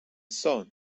son